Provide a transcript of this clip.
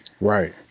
Right